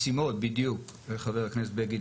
בדיוק, חבר הכנסת בגין.